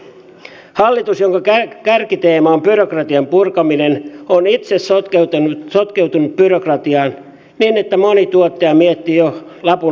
hallitus jonka kärkiteema on byrokratian purkaminen on itse sotkeutunut byrokratiaan niin että moni tuottaja miettii jo lapun laittamista luukulle